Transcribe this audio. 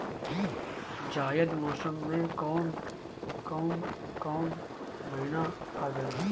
जायद मौसम में कौन कउन कउन महीना आवेला?